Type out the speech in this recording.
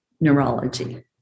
neurology